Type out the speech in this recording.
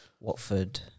Watford